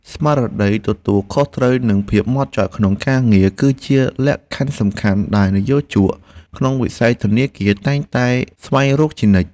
ស្មារតីទទួលខុសត្រូវនិងភាពហ្មត់ចត់ក្នុងការងារ គឺជាលក្ខខណ្ឌសំខាន់ដែលនិយោជកក្នុងវិស័យធនាគារតែងតែស្វែងរកជានិច្ច។